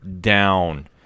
down